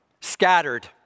scattered